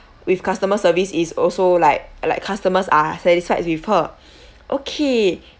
with customer service is also like like customers are satisfied with her okay